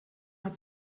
hat